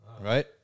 Right